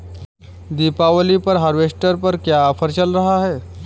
दीपावली पर हार्वेस्टर पर क्या ऑफर चल रहा है?